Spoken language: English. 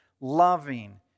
loving